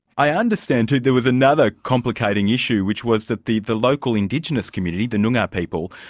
i understand, too, there was another complicating issue which was that the the local indigenous community, the noongar people,